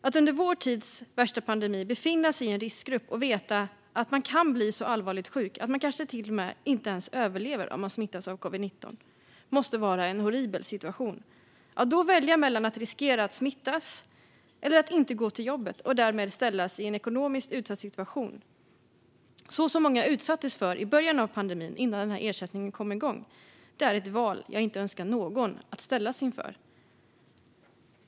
Att under vår tids värsta pandemi befinna sig i en riskgrupp och veta att man kan bli så allvarligt sjuk att man kanske till och med inte överlever om man smittas av covid-19 måste vara en horribel situation. Valet mellan att riskera att smittas eller att inte gå till jobbet och därmed ställas i en ekonomiskt utsatt situation, som många gjorde i början av pandemin innan denna ersättning kom igång, är ett val jag inte önskar att någon ska ställas inför.